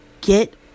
Get